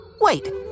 Wait